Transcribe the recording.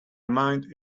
mind